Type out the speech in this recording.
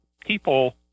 people